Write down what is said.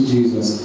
Jesus